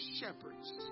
Shepherds